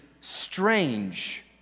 strange